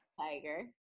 tiger